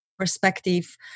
perspective